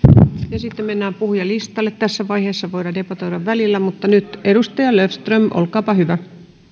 sitten mennään puhujalistalle tässä vaiheessa voidaan debatoida välillä mutta nyt edustaja löfström olkaapa hyvä